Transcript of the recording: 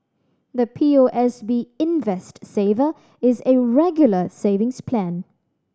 the P O S B Invest Saver is a Regular Savings Plan